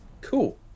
Cool